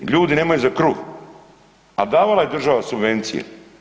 I ljudi nemaju za kruh, a davala je država subvencije.